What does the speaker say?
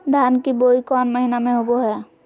धान की बोई कौन महीना में होबो हाय?